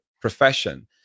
profession